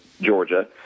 Georgia